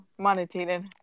Monetated